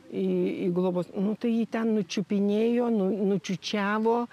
į į globos nu tai jį ten nučiupinėjo nučiučiavo